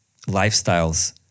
lifestyles